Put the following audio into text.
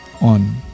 on